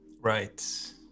right